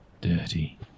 dirty